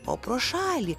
o pro šalį